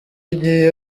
ugiye